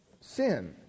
Sin